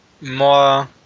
more